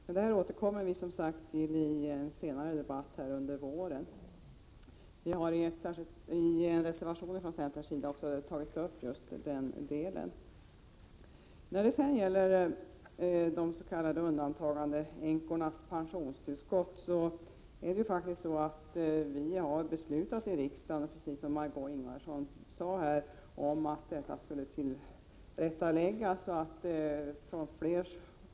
Men vi återkommer, som sagt, till detta i en senare debatt här under våren. I en reservation från centern har vi också tagit upp just den frågan. När det gäller de s.k. undantagandeänkornas pensionstillskott har vi ju beslutat här i riksdagen, precis som Margé Ingvardsson sade, att ett tillrättaläggande skall göras.